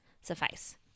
suffice